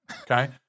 okay